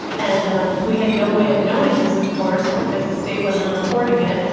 and um we had no way of knowing this, of course, because the state wasn't reporting it.